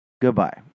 Goodbye